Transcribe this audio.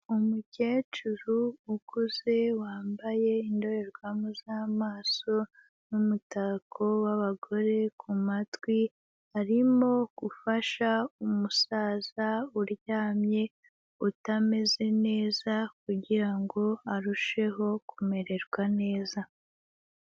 Umukecuru ukuze wambaye indorerwamo z'amaso n'umutako w'abagore ku matwi, arimo gufasha umusaza uryamye utameze neza kugira ngo arusheho kumererwa neza.